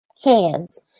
hands